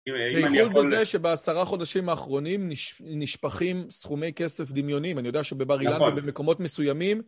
ביחוד בזה שבעשרה חודשים האחרונים נשפכים סכומי כסף דמיוניים, אני יודע שבבר אילן ובמקומות מסוימים.